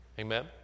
Amen